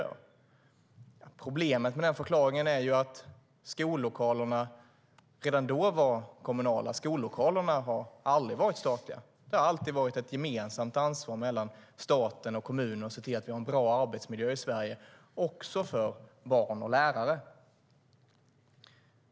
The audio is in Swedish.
Problemet med denna förklaring är att skollokalerna redan då var kommunala. Skollokalerna har aldrig varit statliga. Det har alltid varit ett gemensamt ansvar mellan stat och kommun att se till att vi har en bra arbetsmiljö i Sverige, också för barn och lärare.